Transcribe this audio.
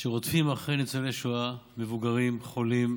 שרודפים אחרי ניצולי שואה מבוגרים, חולים,